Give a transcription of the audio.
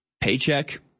paycheck